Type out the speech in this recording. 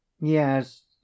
yes